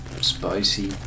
spicy